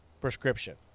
prescription